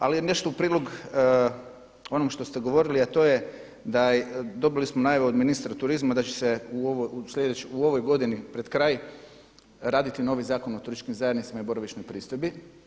Ali je nešto u prilog onom što ste govorili a to je da, dobili smo najave od ministra turizma da će se u ovoj godini pred kraj raditi novi Zakon o turističkim zajednicama i boravišnoj pristojbi.